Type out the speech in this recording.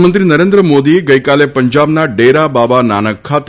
પ્રધાનમંત્રી નરેન્દ્ર મોદીએ ગઈકાલે પંજાબના ડેરા બાબા નાનક ખાતે